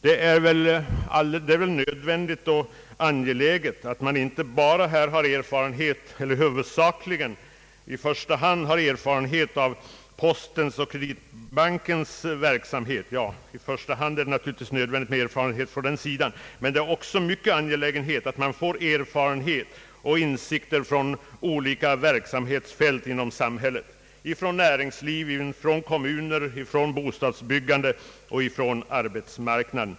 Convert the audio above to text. Det är naturligtvis nödvändigt och angeläget att man får erfarenheter av postens och Kreditbankens verksamhet, men det är också mycket angeläget att man får tillgång till erfarenhet och insikter från olika verksamhetsfält inom samhället, från näringslivet, från kommuner, från bostadsbyggandet och från arbetsmarknaden.